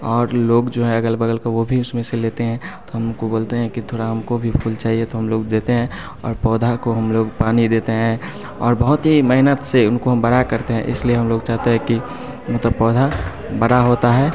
और लोग जो है अगल बग़ल के वो भी उसमें से लेते हैं तो हम उनको बोलते हैं कि थोड़ा हम को भी फूल चाहिए तो हम लोग देते हैं और पौधे को हम लोग पानी देते हैं और बहुत ही मेहनत से उनको हम बड़ा करते हैं इस लिए हम लोग चाहते हैं कि मतलब पौधा बड़ा होता है